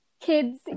kids